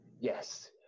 yes